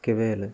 କେବେ ହେଲେ